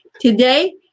today